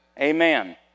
Amen